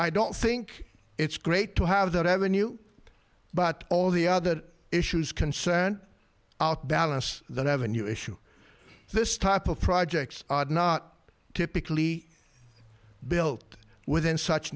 i don't think it's great to have the revenue but all the other issues concern out balance the revenue issue this type of projects are not typically built within such